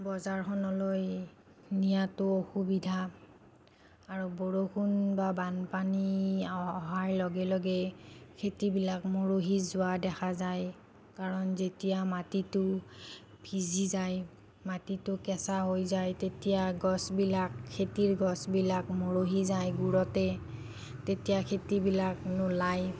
বজাৰখনলৈ নিয়াটো অসুবিধা আৰু বৰষুণ বা বানপানী অহাৰ লগে লগে খেতিবিলাক মৰহি যোৱা দেখা যায় কাৰণ যেতিয়া মাটিটো ভিজি যায় মাটিটো কেঁচা হৈ যায় তেতিয়া গছবিলাক খেতিৰ গছবিলাক মৰহি যায় গুৰিতে তেতিয়া খেতিবিলাক নোলায়